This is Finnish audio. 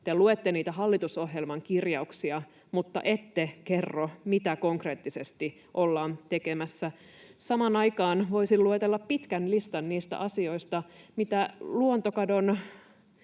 te luette niitä hallitusohjelman kirjauksia mutta ette kerro, mitä konkreettisesti ollaan tekemässä. Samaan aikaan voisin luetella pitkän listan niistä asioista, mitä luontokadon